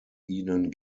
ihnen